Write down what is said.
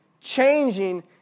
changing